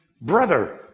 brother